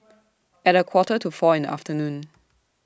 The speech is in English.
At A Quarter to four in The afternoon